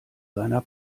seiner